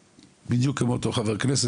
אני גם בדיוק כמו אותו חבר כנסת,